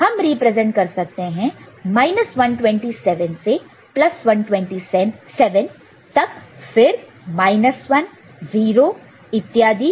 हम रिप्रेजेंट कर सकते हैं 127 से 127 तक फिर 1 0 इत्यादि इत्यादि